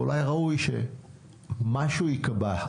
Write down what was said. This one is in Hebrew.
אולי ראוי שמשהו כן יהיה שם.